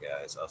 guys